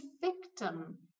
victim